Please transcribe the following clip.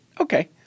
okay